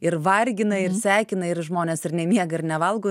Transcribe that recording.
ir vargina ir sekina ir žmonės ir nemiega ir nevalgo